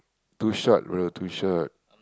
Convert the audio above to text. too short bro too short